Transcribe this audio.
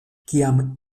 kiam